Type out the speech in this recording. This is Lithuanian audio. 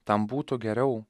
tam būtų geriau